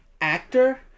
actor